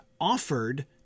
offered